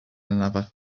another